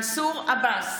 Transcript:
בעד מנסור עבאס,